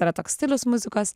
tai yra toks stilius muzikos